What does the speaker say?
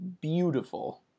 Beautiful